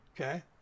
Okay